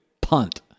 punt